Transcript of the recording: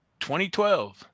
2012